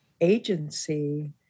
agency